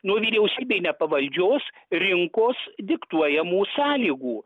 nuo vyriausybei nepavaldžios rinkos diktuojamų sąlygų